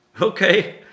Okay